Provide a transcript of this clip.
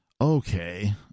Okay